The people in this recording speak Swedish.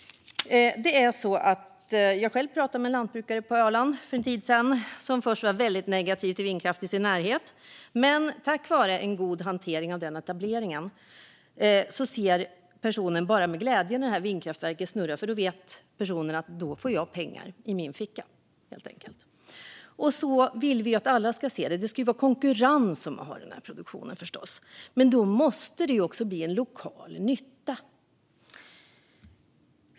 Jag pratade själv med en lantbrukare på Öland för en tid sedan som först varit väldigt negativ till vindkraft i sin närhet, men tack vare en god hantering av den etableringen ser den personen nu bara med glädje när vindkraftverket snurrar, eftersom den personen vet att den får mer pengar i fickan då. Så vill Miljöpartiet att alla ska se det. Det ska förstås vara konkurrens om den här produktionen! Men då måste den också göra lokal nytta.